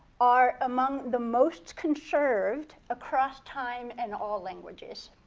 are among the most conserved across time and all languages.